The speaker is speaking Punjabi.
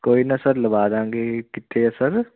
ਕੋਈ ਨਾ ਸਰ ਲਵਾਦਾਂਗੇ ਕਿੱਥੇ ਹੈ ਸਰ